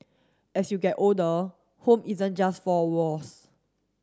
as you get older home isn't just four walls